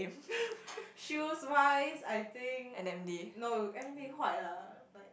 shoes wise I think no everything white ah like